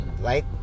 right